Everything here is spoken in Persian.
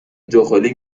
جاخالی